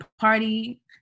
party